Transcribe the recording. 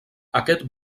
aquest